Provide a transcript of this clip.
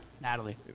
Natalie